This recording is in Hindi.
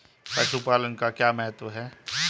पशुपालन का क्या महत्व है?